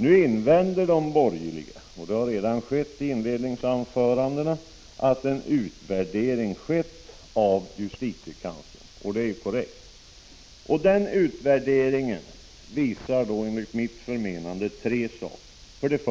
Nu invänder de borgerliga, som de har gjort i sina anföranden, att justitiekanslern redan gjort en utvärdering, och det är korrekt. Den utvärderingen visar enligt mitt förmenande tre saker: 1.